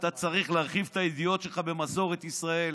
אתה צריך להרחיב את הידיעות שלך במסורת ישראל,